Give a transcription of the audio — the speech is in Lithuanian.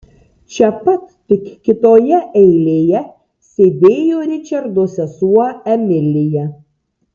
čia pat tik kitoje eilėje sėdėjo ričardo sesuo emilija